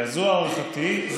זאת הערכתי.